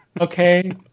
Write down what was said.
okay